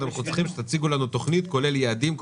אנחנו צריכים שתציגו לנו תוכנית כולל יעדים,